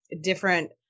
different